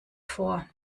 vor